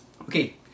okay